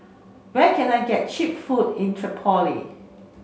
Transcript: where can I get cheap food in Tripoli